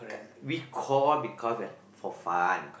we call because is for fun